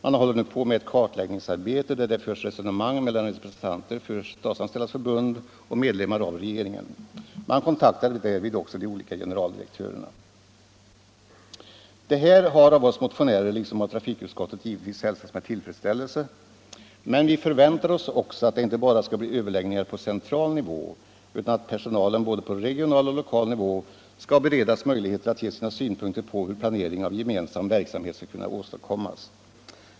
Man håller nu på med ett kartläggningsarbete där det förs resonemang mellan representanter för Statsanställdas förbund och medlemmar av regeringen. Man kontaktar därvid också de olika generaldirektörerna. Det här har av oss motionärer liksom av trafikutskottet givetvis hälsats med tillfredsställelse, men vi förväntar oss också att det inte bara skall bli överläggningar på central nivå utan att personalen på både regional och lokal nivå skall beredas möjligheter att ge sina synpunkter på hur planering av gemensam verksamhet skall kunna åstadkommas.